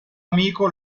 amico